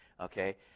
okay